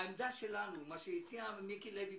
העמדה שלנו היא מה שהציע מיקי לוי.